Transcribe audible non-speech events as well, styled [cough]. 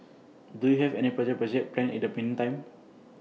do you have any [unintelligible] projects planned in the meantime